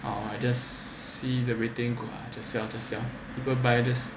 oh I just see the rating good ah just sell just sell go buy